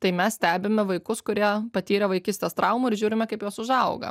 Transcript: tai mes stebime vaikus kurie patyrė vaikystės traumų ir žiūrime kaip jos užauga